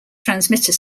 transmitter